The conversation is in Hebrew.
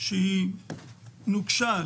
שהיא נוקשה,